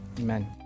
Amen